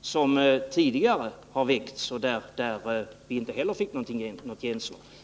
som vi tidigare inte fått gensvar för.